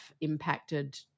impacted